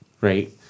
right